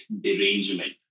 Derangement